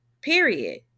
period